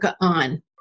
on